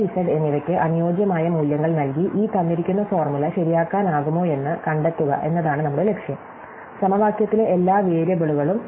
x y z എന്നിവയ്ക്ക് അനുയോജ്യമായ മൂല്യങ്ങൾ നൽകി ഈ തന്നിരിക്കുന്ന ഫോർമുല ശരിയാക്കാനാകുമോയെന്ന് കണ്ടെത്തുക എന്നതാണ് നമ്മുടെ ലക്ഷ്യം സമവാക്യത്തിലെ എല്ലാ വേരിയബിളുകളും